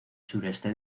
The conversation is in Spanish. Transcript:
sureste